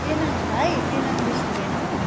Penang भाइ Penang restaurant हो